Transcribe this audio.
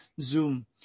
Zoom